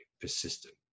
persistent